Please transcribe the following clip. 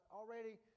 already